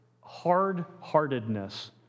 hard-heartedness